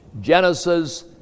Genesis